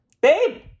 Babe